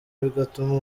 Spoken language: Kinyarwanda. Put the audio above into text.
bigatuma